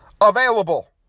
available